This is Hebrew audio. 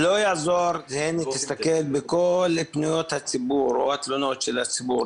תסתכל בכל פניות הציבור או התלונות של הציבור.